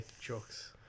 Jokes